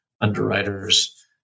underwriters